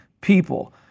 people